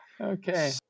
Okay